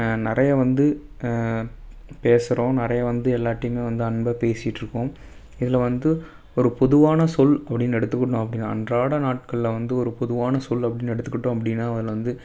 நிறையா வந்து பேசுகிறோம் நிறையா வந்து எல்லாருகிட்டையுமே வந்து அன்பாக பேசிக்கிட்டு இருக்கோம் இதில் வந்து ஒரு பொதுவான சொல் அப்படின்னு எடுத்துக்கிட்டோம் அப்படின்னா அன்றாட நாட்களில் வந்து ஒரு பொதுவான சொல் அப்படின்னு எடுத்துகிட்டோம் அப்படின்னா அதில் வந்து